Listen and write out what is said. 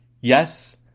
Yes